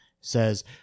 says